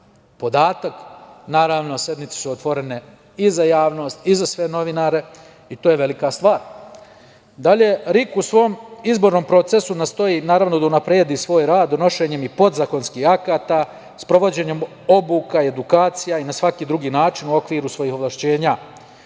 podatak. Naravno, sednice su otvorene i za javnost i za sve novinare i to je velika stvar. Dalje, RIK u svom izbornom procesu nastoji da unapredi svoj rad donošenjem i podzakonskih akata, sprovođenjem obuka i edukacija i na svaki drugi način u okviru svojih ovlašćenja.